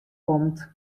komt